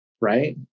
right